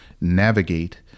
navigate